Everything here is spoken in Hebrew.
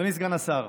אדוני סגן השר,